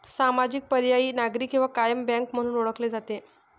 सामाजिक, पर्यायी, नागरी किंवा कायम बँक म्हणून ओळखले जाते